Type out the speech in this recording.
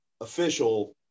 official